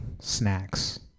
snacks